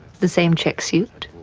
the same czech suit,